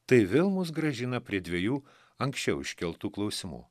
tai vėl mus grąžina prie dviejų anksčiau iškeltų klausimų